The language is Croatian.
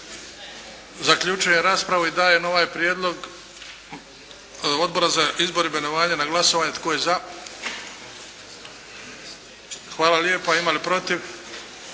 Zaključujem raspravu. Dajem ovaj prijedlog Odbora za izbor i imenovanja na glasovanje. Tko je za? Hvala lijepa. Ima li protiv?